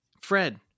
Fred